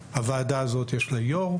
הוועדה הזאת יש לה יו"ר,